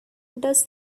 does